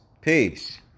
peace